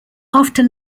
after